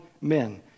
men